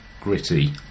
gritty